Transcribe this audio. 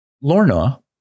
Lorna